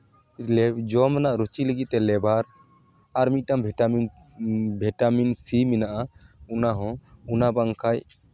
ᱡᱚᱢ ᱨᱮᱱᱟᱜ ᱨᱩᱪᱤ ᱞᱟᱹᱜᱤᱫ ᱛᱮ ᱞᱮᱵᱟᱨ ᱟᱨ ᱢᱤᱫᱴᱟᱱ ᱵᱷᱤᱴᱟᱢᱤᱱ ᱵᱷᱤᱴᱟᱢᱤᱱ ᱥᱤ ᱢᱮᱱᱟᱜᱼᱟ ᱚᱱᱟ ᱦᱚᱸ ᱚᱱᱟ ᱵᱟᱝᱠᱷᱟᱡ